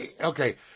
Okay